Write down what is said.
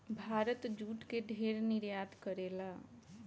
Bharat jute के ढेर निर्यात करेला